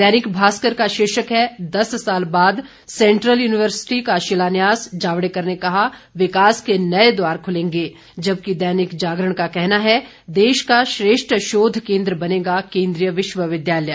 दैनिक भास्कर का शीर्षक है दस साल बाद सेंट्रल यूनिवर्सिटी का शिलान्यास जावड़ेकर ने कहा विकास के नए द्वार खुलेंगे जबकि दैनिक जागरण का कहना है देश का श्रेष्ठ शोध केंद्र बनेगा केंद्रीय विश्वविद्यालय